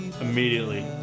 Immediately